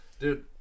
Dude